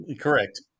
Correct